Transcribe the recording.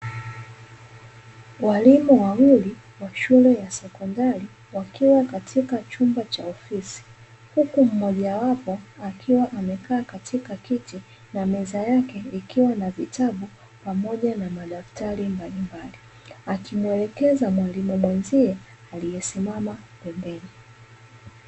Walimu wawili wa shule ya sekondari wakiwa katika chumba cha ofisi huku mmoja wao akiwa amekaa katika kiti na meza yao ikiwa na vitabu pamoja na madaftari mbalimbali, akimwelekeza mwalimu mwenzie aliyesimama pembeni.